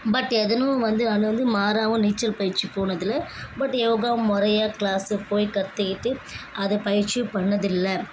but எதேனும் வந்து அது வந்து மாறாகவும் நீச்சல் பயிற்சி போனதில்லை பட் யோகா முறையா க்ளாஸுக்கு போய் கற்றுக்கிட்டு அதை பயிற்சியும் பண்ணதில்லை